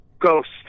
Ghost